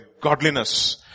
godliness